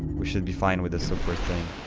we should be fine with the super thing